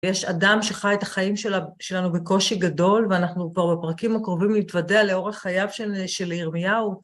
יש אדם שחי את החיים שלנו בקושי גדול, ואנחנו כבר בפרקים הקרובים נתוודע לאורח חייו של ירמיהו.